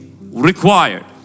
required